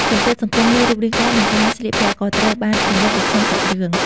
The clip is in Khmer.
សម្ពាធសង្គម លើរូបរាងកាយ និងការស្លៀកពាក់ក៏ត្រូវបានរំលេចនៅក្នុងសាច់រឿង។